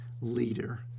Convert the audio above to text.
leader